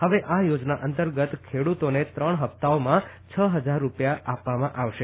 હવે આ યોજના અંતર્ગત ખેડુતોને ત્રણ હપ્તાઓમાં છ ફજાર રૂપિયા આપવામાં આવશે